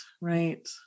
right